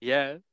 Yes